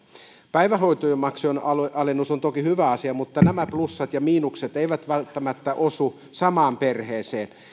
päivähoitomaksujen alennus on toki hyvä asia mutta nämä plussat ja miinukset eivät välttämättä osu samaan perheeseen